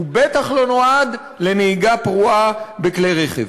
הוא בטח לא נועד לנהיגה פרועה בכלי רכב.